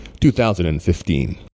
2015